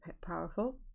powerful